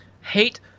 Hate